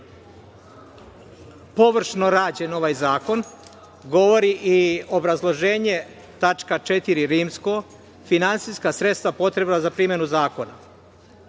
površno rađen ovaj zakon govori i obrazloženje tačka IV – Finansijska sredstva potrebna za primenu zakona.